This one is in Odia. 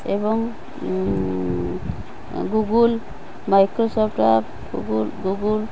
ଏବଂ ଗୁଗୁଲ୍ ମାଇକ୍ରୋସଫ୍ଟ ଆପ୍ ଗୁଗୁଲ୍